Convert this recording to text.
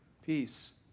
Peace